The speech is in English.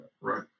Right